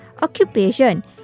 occupation